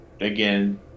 again